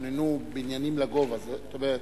ייבנו בניינים לגובה, זאת אומרת,